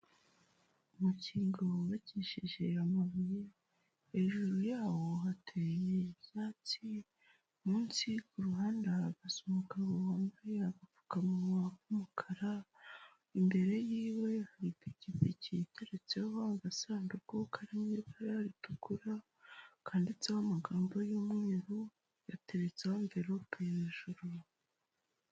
Mukingo wubakishije amabuye hejuru yawo hateyebyatsi munsi ku ruhande ahagasa umugabo wambaye agafuka ku mukara imbere y'iwe hari ipikipiki yiturutseho agasanduku karirimo ibara ritukura kandiditseho amagambo y'umweru yatetseho mberelopeya hejuru.